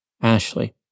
Ashley